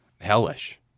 Hellish